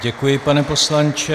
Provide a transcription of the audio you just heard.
Děkuji, pane poslanče.